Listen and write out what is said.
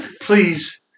please